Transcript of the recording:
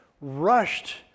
rushed